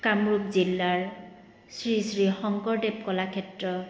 কামৰূপ জিলাৰ শ্ৰী শ্ৰী শংকৰদেৱ কলাক্ষেত্ৰ